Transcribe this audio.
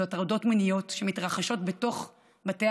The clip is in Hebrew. אלה הטרדות מיניות שמתרחשות בתוך בתי